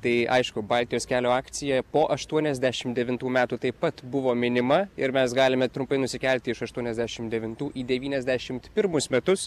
tai aišku baltijos kelio akcija po aštuoniasdešim devintų metų taip mat buvo minima ir mes galime trumpai nusikelti iš aštuoniasdešim devintų į devyniasdešimt pirmus metus